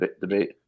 debate